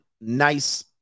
nice